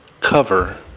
cover